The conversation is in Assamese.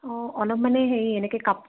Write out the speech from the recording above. অঁ অলপ মানে হেৰি এনেকে কাপ